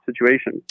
situation